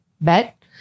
bet